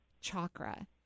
chakra